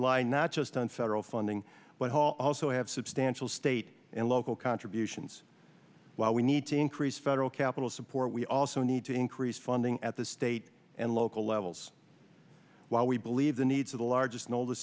line not just on federal funding but hall also have substantial state and local contributions while we need to increase federal capital support we also need to increase funding at the state and local levels while we believe the needs of the largest